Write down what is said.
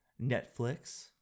Netflix